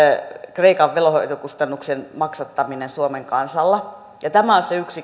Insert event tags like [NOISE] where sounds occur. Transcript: kreikan velanhoitokustannuksien maksattaminen suomen kansalla tämä on se yksi [UNINTELLIGIBLE]